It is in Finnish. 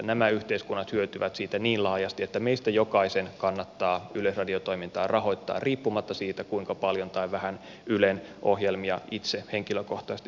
nämä yhteiskunnat hyötyvät siitä niin laajasti että meistä jokaisen kannattaa yleisradiotoimintaa rahoittaa riippumatta siitä kuinka paljon tai vähän ylen ohjelmia itse henkilökohtaisesti seuraamme